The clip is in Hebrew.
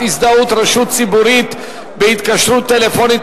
הזדהות רשות ציבורית בהתקשרות טלפונית,